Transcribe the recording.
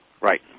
right